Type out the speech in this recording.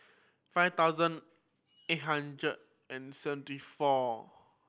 five thousand eight hundred and seventy four